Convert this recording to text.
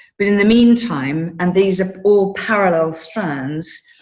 but in the meantime, and these are all parallel strands,